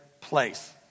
place